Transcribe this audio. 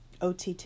ott